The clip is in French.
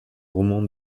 roman